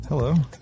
Hello